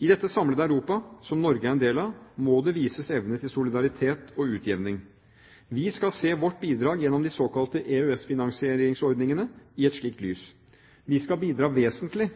I dette samlede Europa – som Norge er en del av – må det vises evne til solidaritet og utjevning. Vi skal se vårt bidrag gjennom de såkalte EØS-finansieringsordningene i et slikt lys. Vi skal bidra vesentlig,